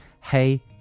Hey